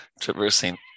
traversing